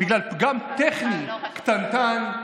בגלל פגם טכני קטנטן,